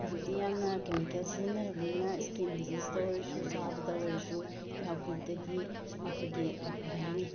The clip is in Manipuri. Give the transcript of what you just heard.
ꯍꯧꯖꯤꯛꯇꯤ ꯌꯥꯝꯅ ꯀꯦꯃꯤꯀꯦꯜ ꯁꯤꯖꯤꯟꯅꯔꯕꯅꯤꯅ ꯏꯁꯀꯤꯟ ꯀꯤꯖꯤꯖꯇ ꯑꯣꯏꯔꯁꯨ ꯆꯥꯕꯗ ꯑꯣꯏꯔꯁꯨ ꯌꯥꯎꯈꯤꯕꯗꯒꯤ ꯑꯩꯈꯣꯏꯒꯤ ꯀꯩ ꯍꯥꯏꯅꯤ